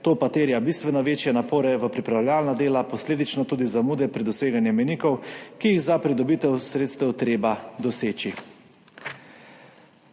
to pa terja bistveno večje napore v pripravljalna dela, posledično tudi zamude pri doseganju mejnikov, ki jih je za pridobitev sredstev treba doseči.